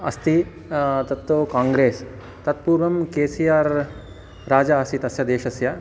अस्ति तत्तु काङ्ग्रेस् तत्पूर्वं के सी आर् राजा आसीत् तस्य देशस्य